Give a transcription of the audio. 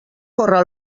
córrer